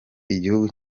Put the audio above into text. igihugu